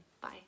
Bye